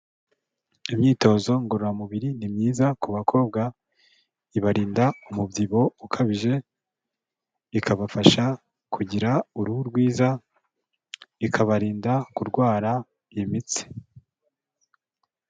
Imyitozo ngororamubiri ni myiza ku bakobwa, ibarinda umubyibuho ukabije, ikabafasha kugira uruhu rwiza, ikabarinda kurwara imitsi.